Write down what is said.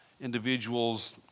individuals